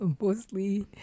mostly